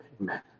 Amen